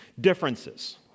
Differences